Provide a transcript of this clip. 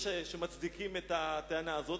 יש שמצדיקים את הטענה הזאת.